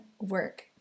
work